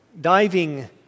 Diving